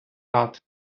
рад